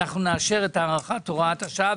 ונאשר את הארכת הוראת השעה.